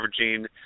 averaging